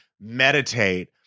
meditate